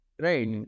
Right